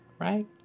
right